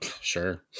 Sure